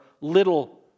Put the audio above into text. little